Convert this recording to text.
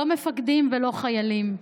לא מפקדים ולא חיילים,